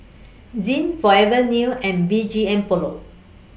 Zinc Forever New and B G M Polo